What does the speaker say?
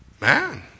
Man